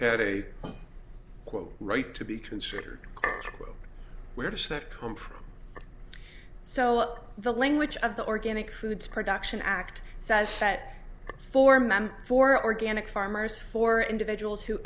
had a quote right to be considered where does that come from so the language of the organic foods production act says that for man for organic farmers for individuals who